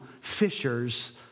fishers